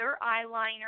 eyeliner